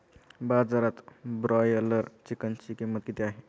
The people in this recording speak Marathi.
बाजारात ब्रॉयलर चिकनची किंमत किती आहे?